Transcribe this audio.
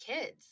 kids